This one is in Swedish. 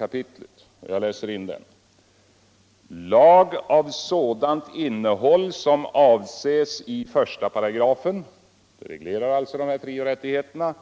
Jag läser upp första meningen i den paragrafen: ”Lag av sådant innehåll som avses i 1 § stiftas” — det reglerar alltså de här frioch rättigheterna